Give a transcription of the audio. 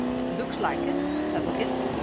it looks like it, said kit.